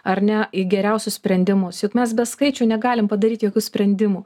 ar ne į geriausius sprendimus juk mes be skaičių negalim padaryt jokių sprendimų